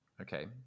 Okay